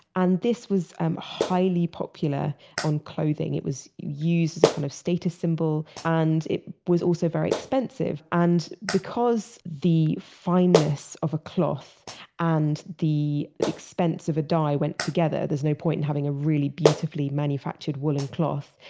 and this was highly popular on clothing. it was used as a kind of status symbol, and it was also very expensive. and because the fineness of a cloth and the expense of a dye went together, there's no point in having a really beautifully manufactured woolen cloth,